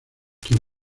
quien